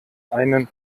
einen